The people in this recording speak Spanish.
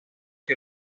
que